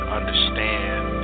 understand